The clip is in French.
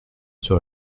sur